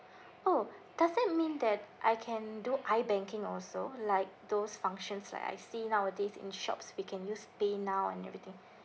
oh does that mean that I can do I banking also like those functions like I see nowadays in shops we can use paynow and everything